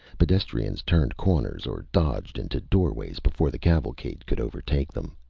pedestrians turned corners or dodged into doorways before the cavalcade could overtake them.